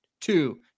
Two